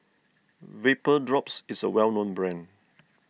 Vapodrops is a well known brand